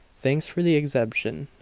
thanks for the exemption.